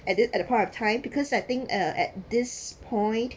and it at the point of time because I think uh at this point